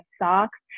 socks